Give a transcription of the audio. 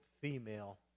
female